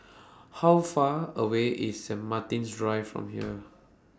How Far away IS Saint Martin's Drive from here